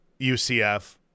UCF